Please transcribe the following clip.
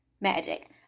magic